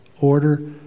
Order